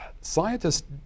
scientists